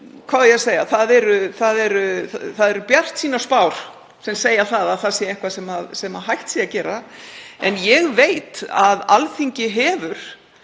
hvað á ég að segja, bjartsýnar spár sem segja að það sé eitthvað sem hægt er að gera en ég veit að Alþingi hefur